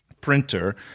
printer